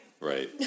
Right